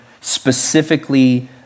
specifically